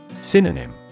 Synonym